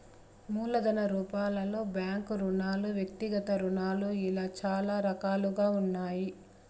మూలధన రూపాలలో బ్యాంకు రుణాలు వ్యక్తిగత రుణాలు ఇలా చాలా రకాలుగా ఉన్నాయి